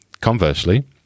conversely